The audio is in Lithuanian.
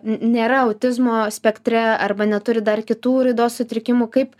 nėra autizmo spektre arba neturi dar kitų raidos sutrikimų kaip